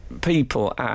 people